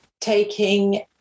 taking